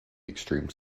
extreme